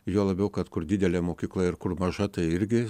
juo labiau kad kur didelė mokykla ir kur maža tai irgi